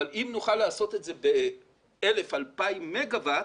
אם נוכל לעשות את זה ב-2,000-1,000 מגה-ואט,